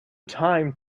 time